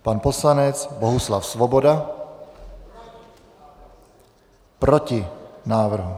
Pan poslanec Bohuslav Svoboda: Proti návrhu.